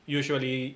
usually